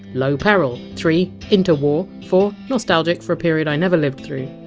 low peril three. interwar four. nostalgic for a period i never lived through.